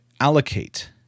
allocate